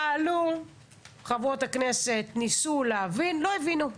פעלו חברות הכנסת, ניסו להבין לא הבינו.